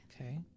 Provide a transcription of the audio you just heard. Okay